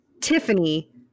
Tiffany